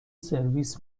سرویس